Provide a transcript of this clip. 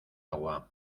agua